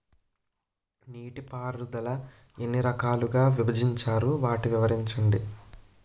నీటిపారుదల ఎన్ని రకాలుగా విభజించారు? వాటి వివరించండి?